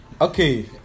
Okay